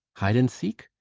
hide-and-seek?